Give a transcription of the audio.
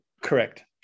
Correct